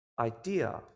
idea